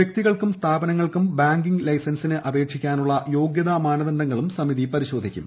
വൃക്തികൾക്കും സ്ഥാപനങ്ങൾക്കും ബാങ്കിംഗ് ലൈസൻസിന് അപേക്ഷിക്കാനുള്ള യോഗൃതാ മാനദണ്ഡങ്ങളും സമിതി പരിശോധിക്കും